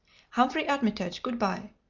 humphrey armitage, good-by.